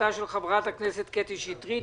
הצעתה של חברת הכנסת קטי שטרית.